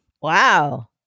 Wow